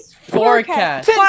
forecast